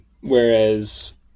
Whereas